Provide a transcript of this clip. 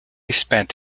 spent